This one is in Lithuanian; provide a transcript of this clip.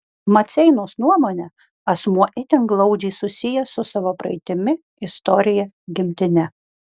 maceinos nuomone asmuo itin glaudžiai susijęs su savo praeitimi istorija gimtine